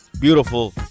Beautiful